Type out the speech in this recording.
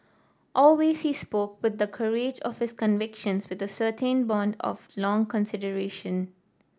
always he's spoke with the courage of his convictions with a certainty born of long consideration